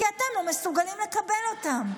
כי אתם לא מסוגלים לקבל אותן.